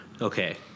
Okay